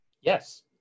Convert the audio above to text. Yes